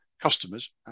customers